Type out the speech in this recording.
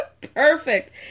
Perfect